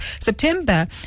September